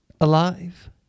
alive